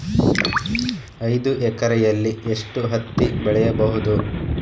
ಐದು ಎಕರೆಯಲ್ಲಿ ಎಷ್ಟು ಹತ್ತಿ ಬೆಳೆಯಬಹುದು?